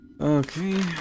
okay